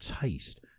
taste